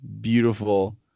beautiful